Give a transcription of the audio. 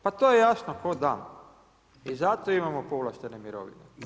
Pa to je jasno ko dan i zato imamo povlaštene mirovine.